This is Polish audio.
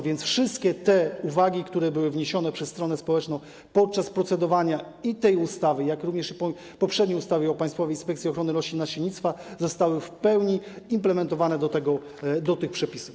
Wszystkie te uwagi, które były wniesione przez stronę społeczną podczas procedowania nad tą ustawą, jak również nad poprzednią ustawą o Państwowej Inspekcji Ochrony Roślin i Nasiennictwa, zostały w pełni implementowane do tych przepisów.